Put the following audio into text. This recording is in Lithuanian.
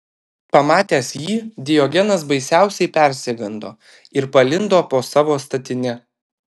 pamatęs jį diogenas baisiausiai persigando ir palindo po savo statine